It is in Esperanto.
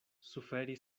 suferi